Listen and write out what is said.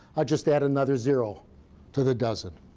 i'll just add another zero to the dozen.